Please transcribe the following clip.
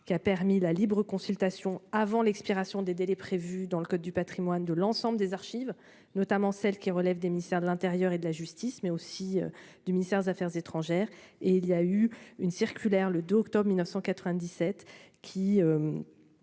qui a permis la libre consultation avant l'expiration des délais prévus dans le code du Patrimoine de l'ensemble des archives, notamment celles qui relèvent du ministère de l'Intérieur et de la justice mais aussi du ministère des Affaires étrangères et il y a eu une circulaire le d'octobre 1997 qui.